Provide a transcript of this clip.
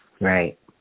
right